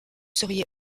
seriez